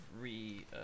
re